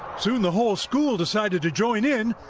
soon the whole school decided to join in.